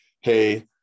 hey